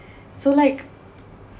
so like